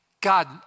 God